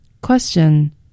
Question